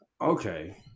Okay